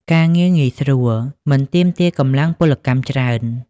ការងារងាយស្រួល មិនទាមទារកម្លាំងពលកម្មច្រើន។